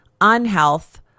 unhealth